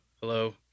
hello